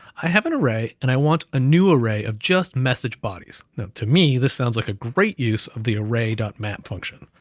i have an array, and i want a new array of just message bodies. now to me, this sounds like a great use of the array map function.